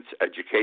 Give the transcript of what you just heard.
Education